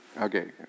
Okay